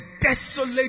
desolate